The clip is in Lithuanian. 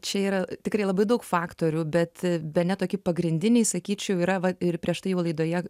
čia yra tikrai labai daug faktorių bet bene tokie pagrindiniai sakyčiau yra va ir prieš tai jau laidoje